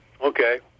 Okay